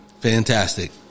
fantastic